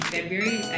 February